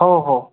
हो हो